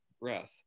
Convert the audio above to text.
breath